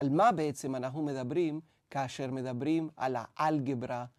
על מה בעצם אנחנו מדברים כאשר מדברים על האלגברה.